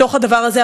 בתוך הדבר הזה.